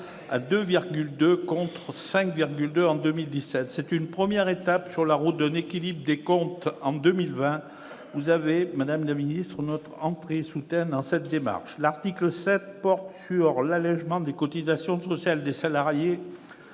d'euros en 2017. C'est une première étape sur la route d'un équilibre des comptes en 2020, et vous avez, madame la ministre, notre entier soutien dans cette démarche. L'article 7 porte sur l'allégement- 3,5 points -des cotisations sociales des salariés